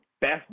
best